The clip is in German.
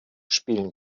spielen